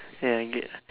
ya good